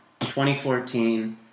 2014